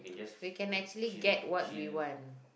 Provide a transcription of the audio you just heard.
we can actually get what we want